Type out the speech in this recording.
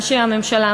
אנשי הממשלה,